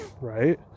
Right